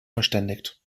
verständigt